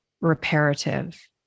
reparative